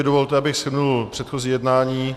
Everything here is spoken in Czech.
Dovolte, abych shrnul předchozí jednání.